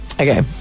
okay